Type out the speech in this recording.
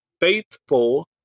faithful